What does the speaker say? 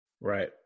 Right